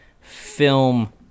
film